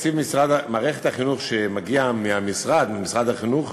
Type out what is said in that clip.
תקציב מערכת החינוך שמגיע ממשרד החינוך